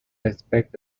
expect